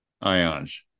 ions